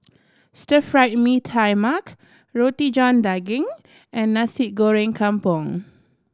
Stir Fried Mee Tai Mak Roti John Daging and Nasi Goreng Kampung